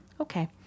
Okay